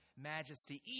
majesty